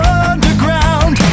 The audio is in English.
underground